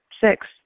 Six